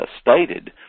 stated